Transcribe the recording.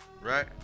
Right